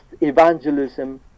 evangelism